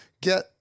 get